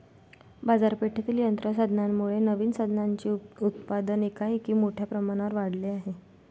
बाजारपेठेतील यंत्र साधनांमुळे नवीन साधनांचे उत्पादन एकाएकी मोठ्या प्रमाणावर वाढले आहे